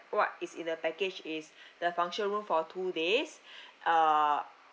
what is in the package is the function room for two days uh